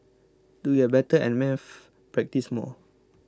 to get better at maths practise more